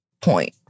point